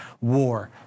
war